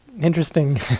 interesting